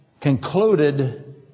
concluded